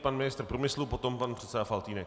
Pan ministr průmyslu, potom pan předseda Faltýnek.